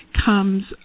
comes